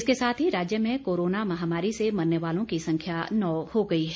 इसके साथ ही राज्य में कोरोना महामारी से मरने वालों की संख्या नौ हो गई है